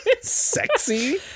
Sexy